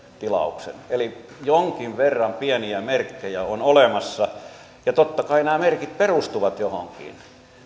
tilauksen eli jonkin verran pieniä merkkejä on olemassa ja totta kai nämä merkit perustuvat johonkin